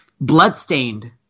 Bloodstained